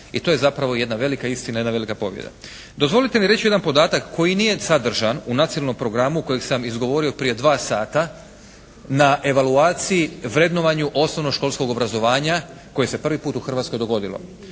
I to je zapravo jedna velika istina, jedna velika pobjeda. Dozvolite mi reći jedan podatak koji nije sadržan u Nacionalnom programu kojeg sam izgovorio prije 2 sata na evaluaciji, vrednovanju osnovnoškolskog obrazovanja koji se je prvi put u Hrvatskoj dogodilo.